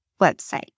website